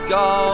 go